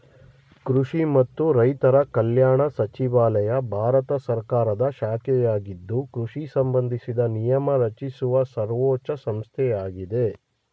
ಕೃಷಿ ಮತ್ತು ರೈತರ ಕಲ್ಯಾಣ ಸಚಿವಾಲಯ ಭಾರತ ಸರ್ಕಾರದ ಶಾಖೆಯಾಗಿದ್ದು ಕೃಷಿ ಸಂಬಂಧಿಸಿದ ನಿಯಮ ರಚಿಸುವ ಸರ್ವೋಚ್ಛ ಸಂಸ್ಥೆಯಾಗಿದೆ